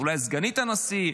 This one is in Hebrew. אולי סגנית הנשיא,